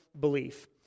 belief